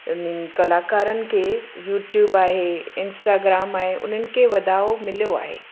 इन्हनि कलाकारनि खे यूट्यूब आहे इंस्टाग्राम आहे उन्हनि खे वधाओ मिलियो आहे